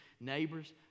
neighbors